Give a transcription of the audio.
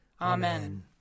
Amen